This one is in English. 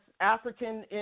African